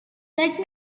let